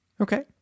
Okay